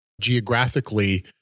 geographically